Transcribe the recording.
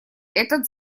этот